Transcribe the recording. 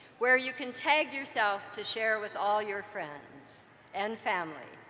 where you can tag yourself to share with all your friends and family.